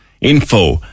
Info